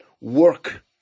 work